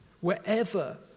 Wherever